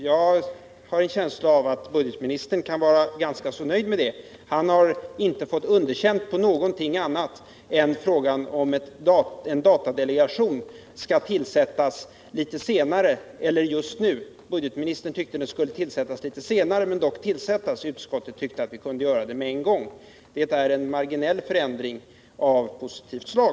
Jag har en känsla av att budgetministern kan vara ganska nöjd med det. Han har inte fått underkänt på någon annan punkt än när det gäller frågan huruvida en datadelegation skall tillsättas litet senare eller just nu. Budgetministern tyckte att den skulle tillsättas litet senare men dock tillsättas. Utskottet tyckte att man kunde göra det med en gång. Det är en marginell förändring av positivt slag.